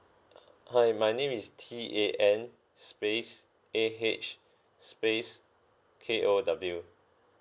hi my name is T A N space A H space K O W